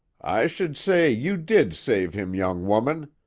i should say you did save him, young woman!